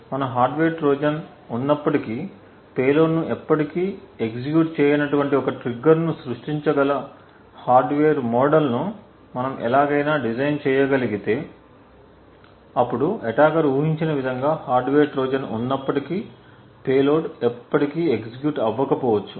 మన hardware trojan ఉన్నప్పటికీ payload ను ఎప్పటికీ ఎగ్జిక్యూట్ చేయనటువంటి ఒక ట్రిగ్గర్ను సృష్టించగల హార్డ్వేర్ మోడల్ను మనము ఎలాగైనా డిజైన్ చేయగలిగితే అప్పుడు అటాకర్ ఊహించిన విధంగా హార్డ్వేర్ ట్రోజన్ ఉన్నప్పటికీ పేలోడ్ ఎప్పటికీ ఎగ్జిక్యూట్ అవ్వకవచ్చు